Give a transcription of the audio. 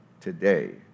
today